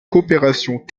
coopérations